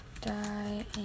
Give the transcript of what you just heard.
die